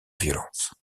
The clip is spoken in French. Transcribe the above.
violence